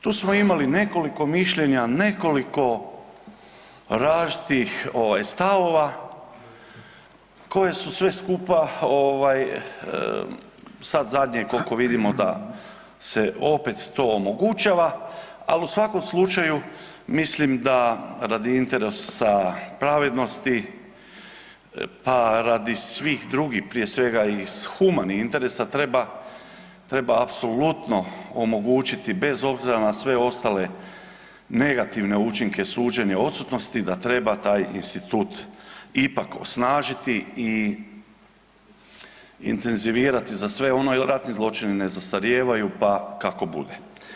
Tu smo imali nekoliko mišljenja, nekoliko različitih stavova koje su sve skupa sad zadnje koliko vidimo da se opet to omogućava, ali u svakom slučaju mislim da radi interesa pravednosti pa radi svih drugih, prije svega iz humanih interesa treba apsolutno omogućiti bez obzira na sve ostale negativne učinke suđenja odsutnosti da treba taj institut ipak osnažiti i intenzivirati za sve ono jer ratni zločini ne zastarijevaju pa kako bude.